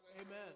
Amen